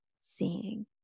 seeing